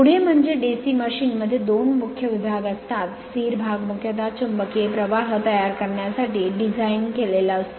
पुढे म्हणजे DC machine मध्ये दोन मुख्य भाग असतात स्थिर भाग मुख्यतः चुंबकीय प्रवाह तयार करण्यासाठी डिझाइन केलेला असतो